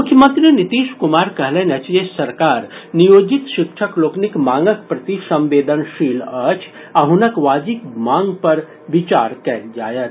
मुख्यमंत्री नीतीश कुमार कहलनि अछि जे सरकार नियोजित शिक्षक लोकनिक मांगक प्रति संवेदनशील अछि आ हुनक वाजिब मांग पर विचार कयल जायत